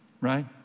Right